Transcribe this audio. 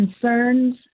concerns